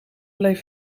bleef